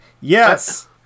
Yes